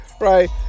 Right